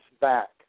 back